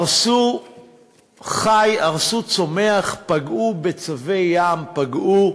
הרסו חי, הרסו צומח, פגעו בצבי ים, פגעו